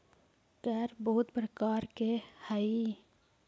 कर बहुत प्रकार के हई